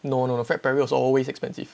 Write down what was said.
no no no Fred Perry was always expensive